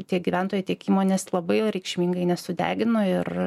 tiek gyventojai tiek įmonės labai reikšmingai nesudegino ir